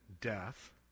death